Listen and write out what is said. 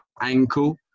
ankle